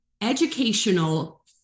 educational